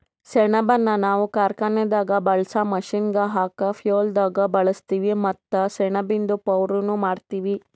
ಸೆಣಬನ್ನ ನಾವ್ ಕಾರ್ಖಾನೆದಾಗ್ ಬಳ್ಸಾ ಮಷೀನ್ಗ್ ಹಾಕ ಫ್ಯುಯೆಲ್ದಾಗ್ ಬಳಸ್ತೀವಿ ಮತ್ತ್ ಸೆಣಬಿಂದು ಪೌಡರ್ನು ಮಾಡ್ತೀವಿ